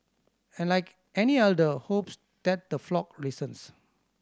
and like any elder hopes that the flock listens